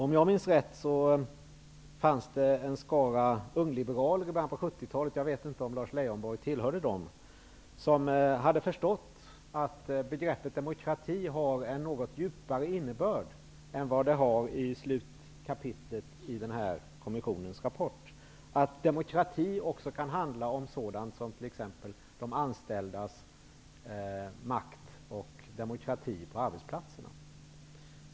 Om jag minns rätt, fanns det i början av 70-talet en skara ungliberaler -- jag vet inte om Lars Leijonborg tillhörde dem -- som hade förstått att begreppet demokrati har en något djupare innebörd än vad det har i slutkapitlet i kommissionens rapport, dvs. att demokrati också kan handla om sådant som t.ex. de anställdas makt och demokrati på arbetsplatserna.